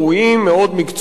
מאוד מקצועיים,